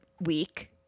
week